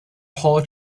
paul